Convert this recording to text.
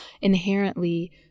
inherently